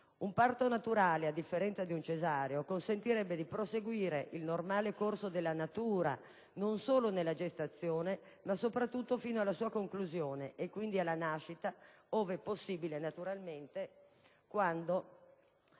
Un parto naturale, a differenza di un cesareo, consentirebbe di proseguire il normale corso della natura non solo nella gestazione ma soprattutto fino alla sua conclusione e, quindi, alla nascita, ove possibile naturalmente, quando